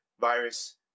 virus